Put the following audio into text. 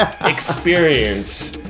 experience